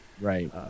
Right